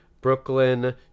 Brooklyn